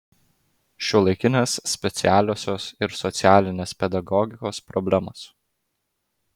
šiuolaikinės specialiosios ir socialinės pedagogikos problemos